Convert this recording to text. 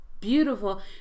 beautiful